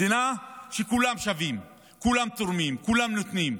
מדינה שבה כולם שווים, כולם תורמים, כולם נותנים,